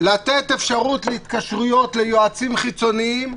לתת אפשרות להתקשרויות ליועצים חיצוניים,